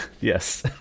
Yes